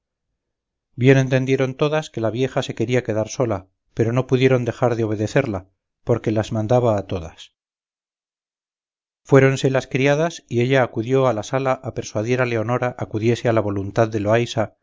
bien entendieron todas que la vieja se quería quedar sola pero no pudieron dejar de obedecerla porque las mandaba a todas fuéronse las criadas y ella acudió a la sala a persuadir a leonora acudiese a la voluntad de loaysa